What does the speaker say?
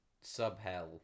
sub-hell